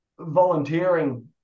volunteering